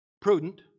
prudent